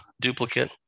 duplicate